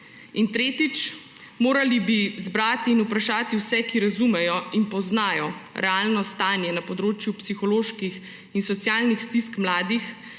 Tretjič. Morali bi zbrati in vprašati vse, ki razumejo in poznajo realno stanje na področju psiholoških in socialnih stisk mladih,